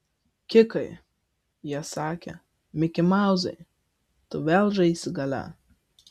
kikai jie sakė mikimauzai tu vėl žaisi gale